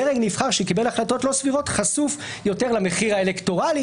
דרג נבחר שקיבל החלטות לא סבירות חשוף יותר למחיר האלקטורלי,